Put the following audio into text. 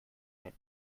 ein